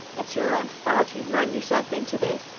it's your own fault you've run yourself into this.